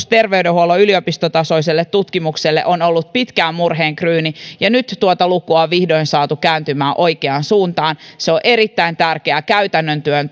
terveydenhuollon yliopistotasoiselle tutkimukselle on ollut pitkään murheenkryyni ja nyt tuota lukua on vihdoin saatu kääntymään oikeaan suuntaan se on erittäin tärkeää käytännön työn